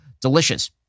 delicious